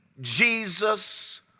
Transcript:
Jesus